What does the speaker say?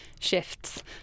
shifts